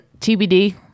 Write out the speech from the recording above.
TBD